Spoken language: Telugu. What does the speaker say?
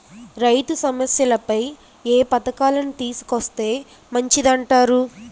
రైతు సమస్యలపై ఏ పథకాలను తీసుకొస్తే మంచిదంటారు?